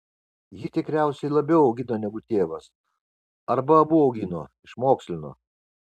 ji tikriausiai labiau augino negu tėvas arba abu augino išmokslino